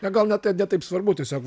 ne gal ne tai ne taip svarbu tiesiog